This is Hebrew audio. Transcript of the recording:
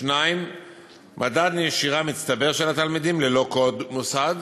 2. מדד נשירה מצטבר של התלמידים, ללא קוד מוסד,